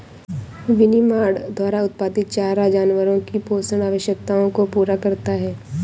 विनिर्माण द्वारा उत्पादित चारा जानवरों की पोषण आवश्यकताओं को पूरा करता है